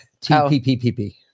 T-P-P-P-P